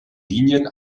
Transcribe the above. linien